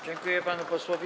Dziękuję panu posłowi.